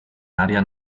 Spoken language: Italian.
aria